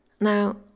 Now